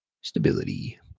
stability